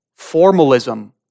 Formalism